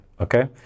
Okay